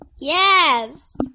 Yes